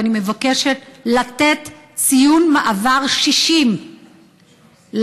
ואני מבקשת לתת ציון מעבר 60 לנבחנים,